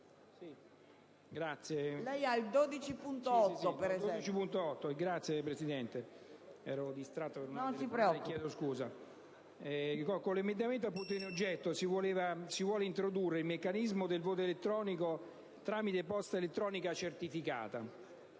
Con l'emendamento 12.8 si vuole introdurre il meccanismo del voto elettronico tramite posta elettronica certificata.